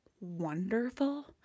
wonderful